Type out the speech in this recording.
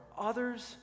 others